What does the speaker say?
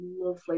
lovely